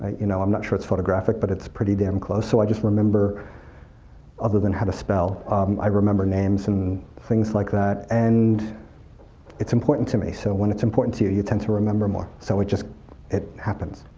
you know i'm not sure it's photographic, but it's pretty damn close. so i just remember other than how to spell i remember names and things like that. and it's important to me. so when it's important to you, you tend to remember more. so it just it happens.